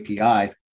API